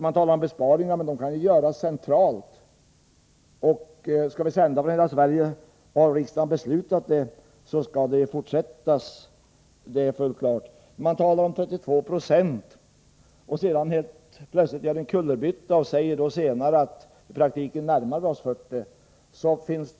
Man talar om besparingar, men de kan ju göras centralt. Har riksdagen beslutat att vi skall sända över hela Sverige skall det fortsätta — det är fullt klart. Man talar om 32 26, och gör sedan helt plötsligt en kullerbytta och säger: I praktiken närmar vi oss 40 96.